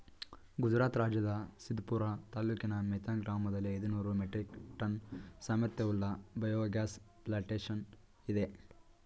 ಗುಜರಾತ್ ರಾಜ್ಯದ ಸಿದ್ಪುರ ತಾಲೂಕಿನ ಮೇಥಾನ್ ಗ್ರಾಮದಲ್ಲಿ ಐದುನೂರು ಮೆಟ್ರಿಕ್ ಟನ್ ಸಾಮರ್ಥ್ಯವುಳ್ಳ ಬಯೋಗ್ಯಾಸ್ ಪ್ಲಾಂಟೇಶನ್ ಇದೆ